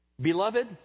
Beloved